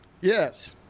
Yes